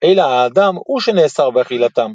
אלא האדם הוא שנאסר באכילתם,